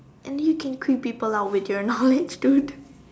and you can creep people lah with your knowledge dude